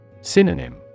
Synonym